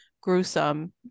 gruesome